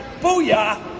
Booyah